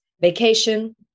vacation